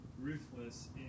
ruthless